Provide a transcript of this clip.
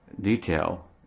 detail